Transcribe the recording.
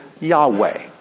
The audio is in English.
Yahweh